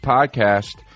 Podcast